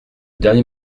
dernier